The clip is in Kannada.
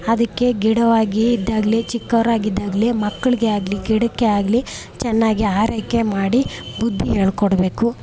ಅದಕ್ಕೆ ಗಿಡವಾಗಿ ಇದ್ದಾಗಲೇ ಚಿಕ್ಕವರಾಗಿ ಇದ್ದಾಗಲೇ ಮಕ್ಕಳಿಗೆ ಆಗಲಿ ಗಿಡಕ್ಕೆ ಆಗಲಿ ಚೆನ್ನಾಗಿ ಆರೈಕೆ ಮಾಡಿ ಬುದ್ಧಿ ಹೇಳ್ಕೊಡಬೇಕು